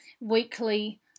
weekly